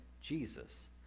Jesus